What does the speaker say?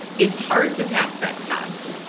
it's hard to pass that test,